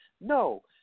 No